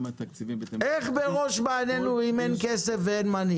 --- איך בראש מעייננו אם אין כסף ואין מנהיג?